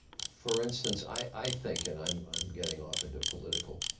for instance, i think and i'm i'm getting off into political